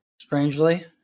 strangely